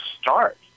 start